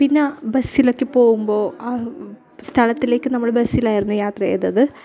പിന്നെ ബസ്സിലൊക്കെ പോവുമ്പോൾ ആ സ്ഥലത്തിലേക്ക് നമ്മൾ ബസ്സിലായിരുന്നു യാത്ര ചെയ്തത്